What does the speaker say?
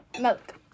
Milk